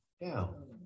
down